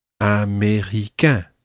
Américain